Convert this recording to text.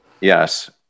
Yes